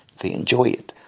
they enjoy it.